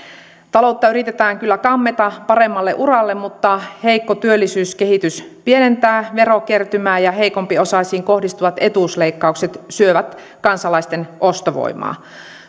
taloutta yritetään kyllä kammeta paremmalle uralle mutta heikko työllisyyskehitys pienentää verokertymää ja heikompiosaisiin kohdistuvat etuusleikkaukset syövät kansalaisten ostovoimaa